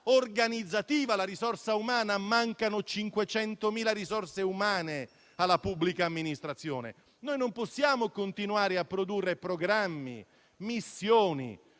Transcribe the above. organizzativa, la risorsa umana: mancano 500.000 risorse umane alla pubblica amministrazione. Noi non possiamo continuare a produrre programmi, missioni